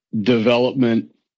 development